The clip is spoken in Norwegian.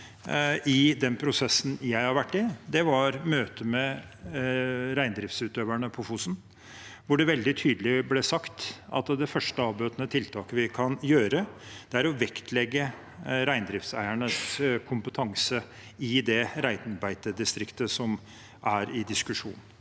på i prosessen jeg har vært i, møtet med reindriftsutøverne på Fosen, hvor det veldig tydelig ble sagt at det første avbøtende tiltaket vi kan gjøre, er å vektlegge reindriftseiernes kompetanse i det reinbeitedistriktet det er diskusjon